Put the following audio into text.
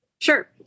Sure